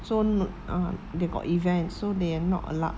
so n~ uh they got event so they are not allowed